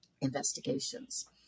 investigations